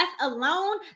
alone